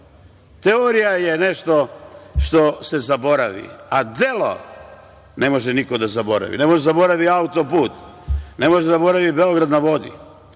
Teorija je nešto što se zaboravi, a delo ne može niko da zaboravi. Ne može da zaboravi auto-put, ne može da zaboravi „Beograd na vodi“,